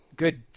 Good